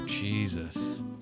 Jesus